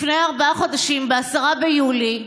לפני ארבעה חודשים, ב-10 ביולי,